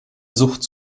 sucht